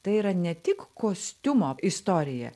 tai yra ne tik kostiumo istorija